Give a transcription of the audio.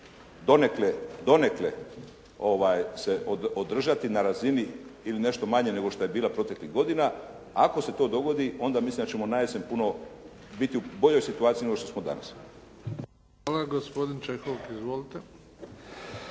donekle se održati na razini ili nešto manje nego što je bila proteklih godina. Ako se to dogodi onda mislim da ćemo na jesen puno biti u boljoj situaciji nego što smo danas. **Bebić, Luka (HDZ)** Hvala.